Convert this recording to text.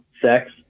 sex